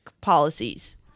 policies